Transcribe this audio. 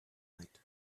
night